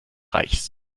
reichs